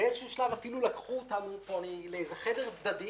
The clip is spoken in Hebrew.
באיזשהו שלב אפילו לקחו אותנו לאיזה חדר צדדי